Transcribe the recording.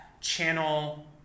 channel